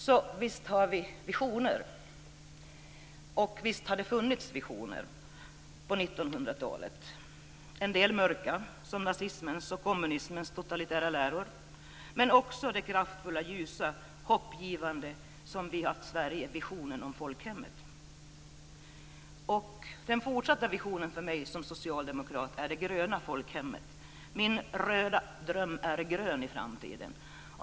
Så visst har vi visioner, och visst har det funnits visioner på 1900-talet, en del mörka som kommunismens och nazismens totalitära läror men också det kraftfulla, ljusa, hoppingivande som vi har i Sverige i visionen om folkhemmet. Den fortsatta visionen för mig som socialdemokrat är det gröna folkhemmet. Min röda dröm är grön i framtiden.